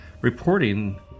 reporting